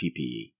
PPE